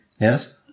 Yes